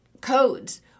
codes